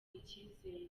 icyizere